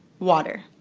water.